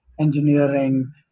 engineering